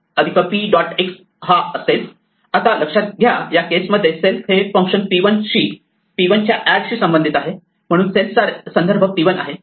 आता लक्षात घ्या या केस मध्ये सेल्फ हे फंक्शन p1 शी एड संबंधित आहे म्हणून सेल्फ चा संदर्भ p1 आहे